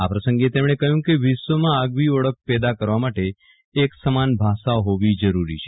આ પ્રસંગે તેમણે કહ્યું કે વિશ્વમાં આગવી ઓળખ પેદા કરવા માટે એક સમાન ભાષા હોવી જરુરી છે